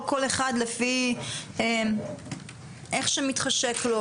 לא כל אחד לפי איך שמתחשק לו,